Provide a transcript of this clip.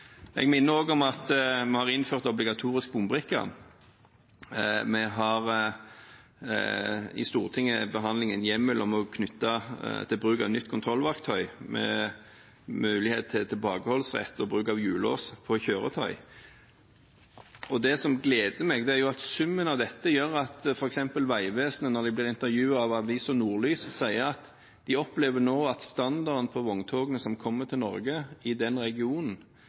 Jeg minner også om at vi har innført obligatorisk bombrikke. Vi har i Stortinget til behandling en hjemmel knyttet til bruk av nytt kontrollverktøy med mulighet til tilbakeholdsrett og bruk av hjullås for kjøretøy. Det som gleder meg, er at summen av dette gjør at f.eks. Vegvesenet, når de blir intervjuet av avisen Nordlys, sier at de opplever nå at standarden på vogntogene som kommer til Norge i den regionen,